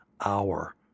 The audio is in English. hour